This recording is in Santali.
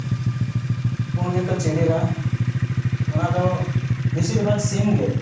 ᱯᱩᱸᱰ ᱜᱮᱠᱚ ᱪᱤᱰᱤᱨᱟ ᱚᱱᱟ ᱫᱚ ᱵᱤᱥᱤᱨ ᱵᱷᱟᱜᱽ ᱥᱤᱢ ᱜᱮ